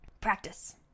practice